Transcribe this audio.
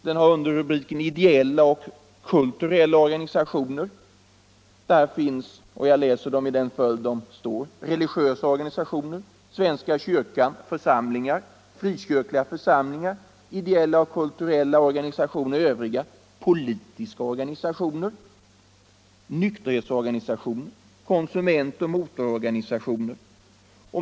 Den har rubriken ”Ideella och kulturella organisationer”, och där finns organisationer angivna i följande ordning: ”religiösa organisationer, svenska kyrkans församlingar, frikyrkliga församlingar, övriga ideella och kulturella organisationer, politiska organisationer, nykterhetsorganisationer samt konsumentoch motororganisationer.